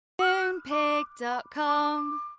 Moonpig.com